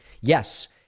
Yes